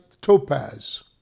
Topaz